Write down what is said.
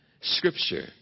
Scripture